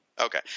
Okay